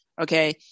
Okay